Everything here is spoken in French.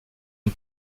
une